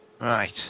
Right